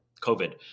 COVID